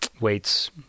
weights